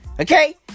Okay